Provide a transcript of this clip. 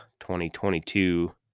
2022